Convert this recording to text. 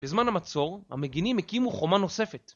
בזמן המצור המגינים הקימו חומה נוספת.